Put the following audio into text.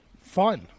fun